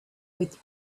with